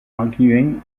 arguing